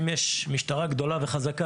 אבל אם יש משטרה גדולה וחזקה,